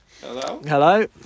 Hello